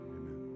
amen